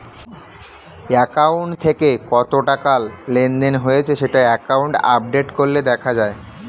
account থেকে কত টাকা লেনদেন হয়েছে সেটা অ্যাকাউন্ট আপডেট করলে দেখা যায়